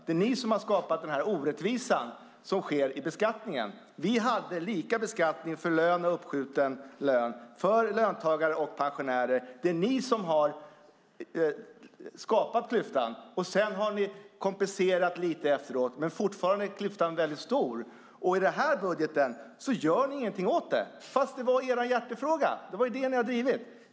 Det är ni som har skapat den orättvisa som finns i beskattningen. Vi hade lika beskattning för lön och uppskjuten lön för löntagare och pensionärer. Det är ni som har skapat klyftan. Ni har kompenserat lite efteråt, men fortfarande är klyftan väldigt stor. I den här budgeten gör ni ingenting åt det, fastän det var er hjärtefråga som ni har drivit.